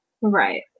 Right